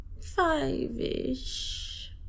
Five-ish